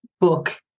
book